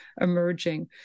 emerging